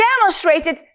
demonstrated